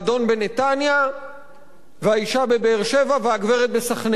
בנתניה והאשה בבאר-שבע והגברת בסח'נין,